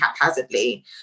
haphazardly